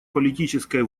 политической